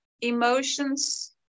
emotions